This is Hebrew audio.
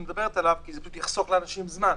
מדברת עליו כי זה יחסוך לאנשים זמן.